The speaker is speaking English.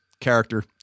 character